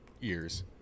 years